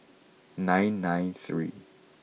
nine nine three